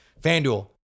FanDuel